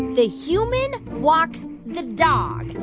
the human walks the dog,